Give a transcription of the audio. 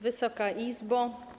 Wysoka Izbo!